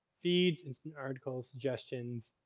feeds, instant articles, suggestions.